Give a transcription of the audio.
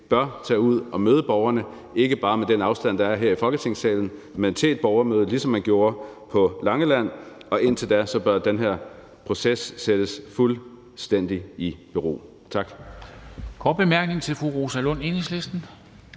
bør tage ud og møde borgerne, ikke bare med den afstand, der er her i Folketingssalen, men til et borgermøde, ligesom man gjorde på Langeland. Indtil da bør den her proces sættes fuldstændig i bero. Tak.